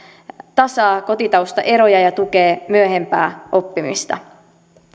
tasaa kotitaustaeroja ja tukee myöhempää oppimista